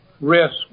risk